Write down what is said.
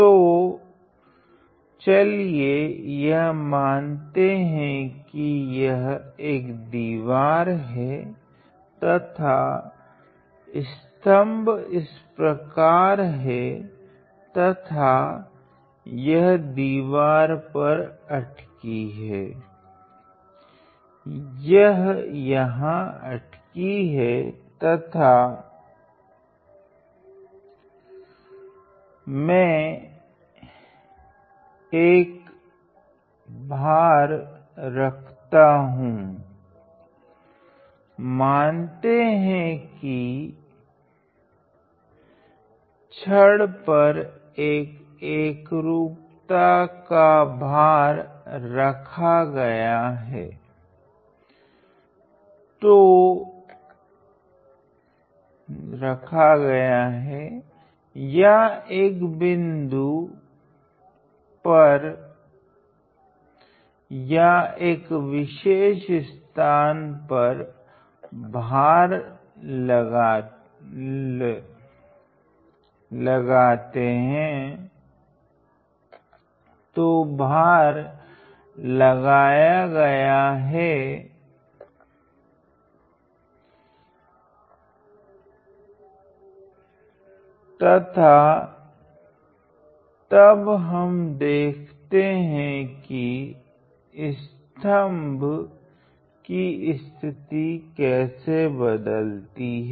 तो चलिए यह मानते है कि यह एक दीवार है तथा स्तम्भ इस प्रकार है तथा यह दीवार पर अटकी है यह यहाँ अटकी हैं तथा मैं अक भर रखता हूँ मानते है कि छड़ पर एक एकरूपता का भर रखा गया है या एक बिन्दु पर या अक विशेष स्थान पर भर लगते हैं तो भर लगाया गाय हैं तथा तब हम देखते है कि स्तम्भ कि स्थिति केसे बदलती हैं